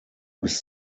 bis